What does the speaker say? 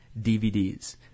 DVDs